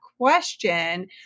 question